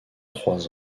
trois